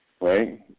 right